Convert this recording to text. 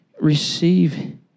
receive